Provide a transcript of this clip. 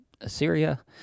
Assyria